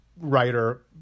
Writer